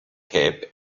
cape